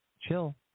Chill